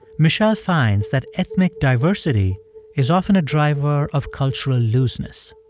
michele finds that ethnic diversity is often a driver of cultural looseness.